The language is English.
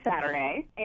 Saturday